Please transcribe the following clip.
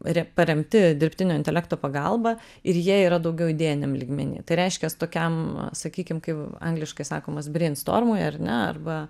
re paremti dirbtinio intelekto pagalba ir jie yra daugiau idėjiniam lygmeny tai reiškias tokiam sakykim kaip angliškai sakomas breinstormui ar ne arba